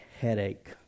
headache